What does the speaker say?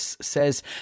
says